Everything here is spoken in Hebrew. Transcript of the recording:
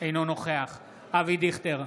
אינו נוכח אבי דיכטר,